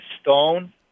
stone